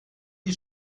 die